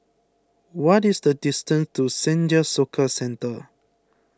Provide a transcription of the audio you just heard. what is the distance to Senja Soka Centre